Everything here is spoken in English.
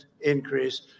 increase